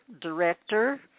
director